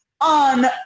on